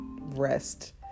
rest